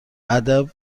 ادب